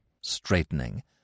straightening